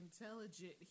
intelligent